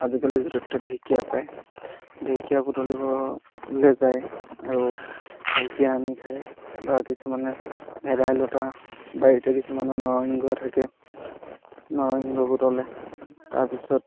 আজিকালি য'তে ত'তে ঢেকীয়া পায় ঢেকীয়া বুটলিবলৈ যায় আৰু ঢেকীয়া আনি খায় বা কিছুমানে ভেদাইলতা বাৰীতে কিছুমানৰ নৰসিংহ থাকে নৰসিংহ বুটলে তাৰ পিছত